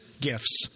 gifts